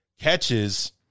catches